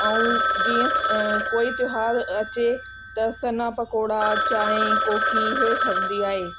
ऐं जीअं कोई त्योहारु अचे त सन्हा पकोड़ा चाहिं कोकी इहे ठवंदी आहे